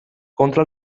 contra